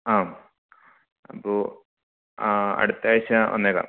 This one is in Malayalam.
ആ അപ്പോൾ ആ അടുത്ത ആഴ്ച വന്നേക്കാം